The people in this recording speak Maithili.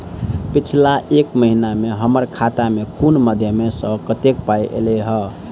पिछला एक महीना मे हम्मर खाता मे कुन मध्यमे सऽ कत्तेक पाई ऐलई ह?